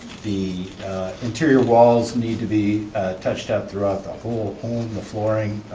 the interior walls need to be touched up throughout the whole home, the flooring,